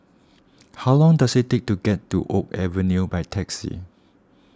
how long does it take to get to Oak Avenue by taxi